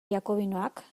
jakobinoak